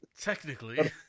technically